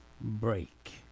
break